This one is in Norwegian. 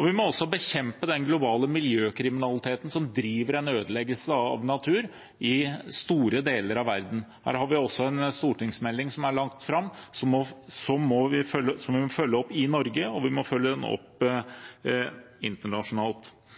Vi må bekjempe den globale miljøkriminaliteten, som driver en ødeleggelse av natur i store deler av verden. Her har vi også en stortingsmelding som er lagt fram, og som vi må følge opp både i Norge og internasjonalt. Vi må ta et internasjonalt ansvar. Norge har tatt en lederrolle med sitt havinitiativ, og vi